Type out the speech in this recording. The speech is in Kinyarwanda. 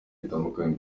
bitandukanye